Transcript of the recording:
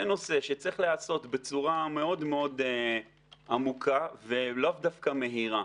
זה נושא שצריך להיעשות בצורה מאוד מאוד עמוקה ולאו דווקא מהירה.